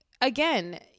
again